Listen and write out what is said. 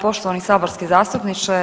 Poštovani saborski zastupniče.